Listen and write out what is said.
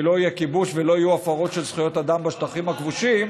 כי לא יהיה כיבוש ולא יהיו הפרות של זכויות אדם בשטחים הכבושים,